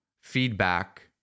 feedback